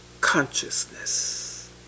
consciousness